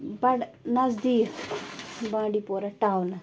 بَڑٕ نزدیٖک بانٛڈی پوٗرا ٹاونَس